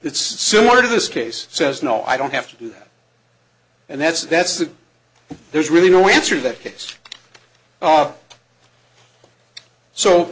it's similar to this case says no i don't have to do that and that's that's there's really no answer to that case